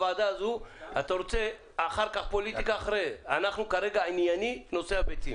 אנחנו כרגע דנים עניינית בנושא הביצים.